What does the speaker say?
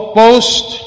post